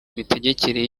mitegekere